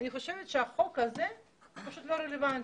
אני חושבת שהחוק הזה הוא פשוט לא רלוונטי.